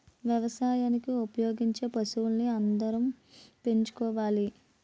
వ్యవసాయానికి ఉపయోగించే పశువుల్ని అందరం పెంచుకోవాలి